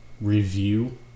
review